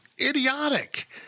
idiotic